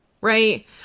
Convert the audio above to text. right